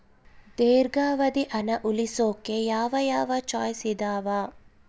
ದೇರ್ಘಾವಧಿ ಹಣ ಉಳಿಸೋಕೆ ಯಾವ ಯಾವ ಚಾಯ್ಸ್ ಇದಾವ?